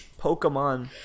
pokemon